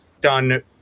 done